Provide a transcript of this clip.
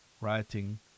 writing